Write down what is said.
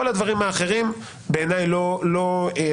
כל הדברים האחרים, בעיניי, לא רלוונטיים.